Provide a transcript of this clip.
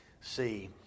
see